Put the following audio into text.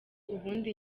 ubundi